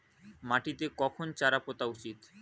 মাটিতে কখন চারা পোতা উচিৎ?